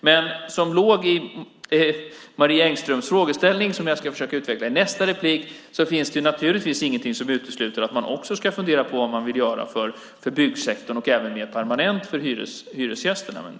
Dock finns naturligtvis ingenting som utesluter det som låg i Marie Engströms frågeställning, nämligen att man också funderar på vad man vill göra för byggsektorn och även mer permanent för hyresgästerna.